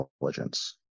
intelligence